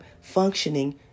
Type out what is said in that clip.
functioning